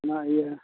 ᱚᱱᱟ ᱤᱭᱟᱹ